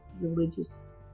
religious